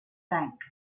banks